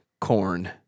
Corn